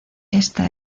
esta